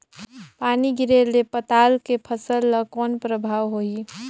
पानी गिरे ले पताल के फसल ल कौन प्रभाव होही?